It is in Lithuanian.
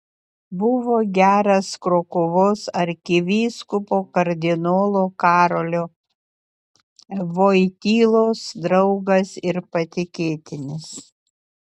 buvo geras krokuvos arkivyskupo kardinolo karolio vojtylos draugas ir patikėtinis